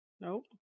Nope